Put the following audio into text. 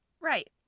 Right